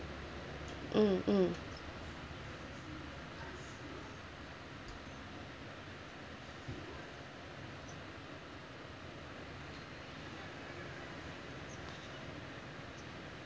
mm mm